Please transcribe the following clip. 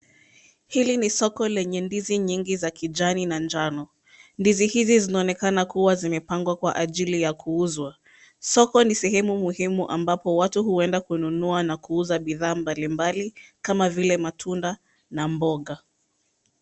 Hili ni soko lenye ndizi nyingi za kijani na njano, ndizi hizi zinaonekana kuwa zimepangwa kwa ajili ya kuuzwa. Soko ni sehemu muhimu ambapo watu huenda kununua na kuuza bidhaa mbalimbali, kama vile matunda, na mboga.